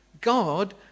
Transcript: God